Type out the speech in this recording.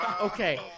Okay